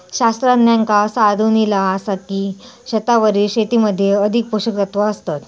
शास्त्रज्ञांका असा आढळून इला आसा की, छतावरील शेतीमध्ये अधिक पोषकतत्वा असतत